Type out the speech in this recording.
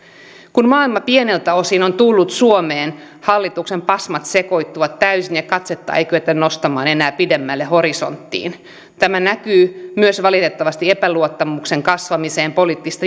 kun maailma pieneltä osin on tullut suomeen hallituksen pasmat sekoittuvat täysin ja katsetta ei kyetä nostamaan enää pidemmälle horisonttiin tämä näkyy valitettavasti myös epäluottamuksen kasvamisena poliittista järjestelmäämme